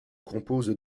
compose